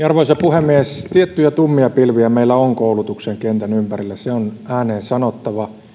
arvoisa puhemies tiettyjä tummia pilviä meillä on koulutuksen kentän ympärillä se on ääneen sanottava